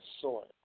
soil